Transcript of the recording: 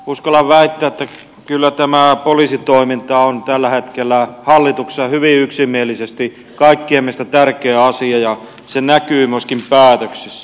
uskallan väittää että kyllä tämä poliisitoiminta on tällä hetkellä hallituksessa hyvin yksimielisesti kaikkien mielestä tärkeä asia ja se näkyy myöskin päätöksissä